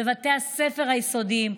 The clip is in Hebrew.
בבתי הספר היסודיים,